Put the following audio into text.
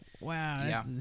wow